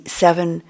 seven